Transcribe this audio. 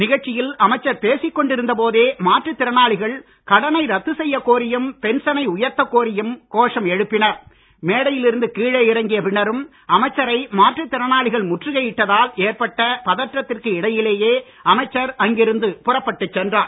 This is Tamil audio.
நிகழ்ச்சியில் அமைச்சர் பேசிக் கொண்டு இருந்த போதே மாற்றுத் திறனாளிகள் கடனை ரத்து செய்யக் கோரியும் பென்சனை உயர்த்தக் கோரியும் கோஷம் எழுப்பினர் மேடையில் இருந்து கீழே இறங்கிய பின்னரும் அமைச்சரை மாற்றுத் திறனாளிகள் முற்றுகையிட்டதால் ஏற்பட்ட பதற்றத்திற்கு இடையிலேயே அமைச்சர் அங்கிருந்து புறப்பட்டுச் சென்றார்